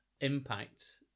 impact